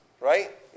right